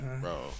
Bro